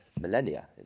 millennia